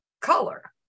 color